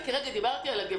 אני כרגע דיברתי על עינב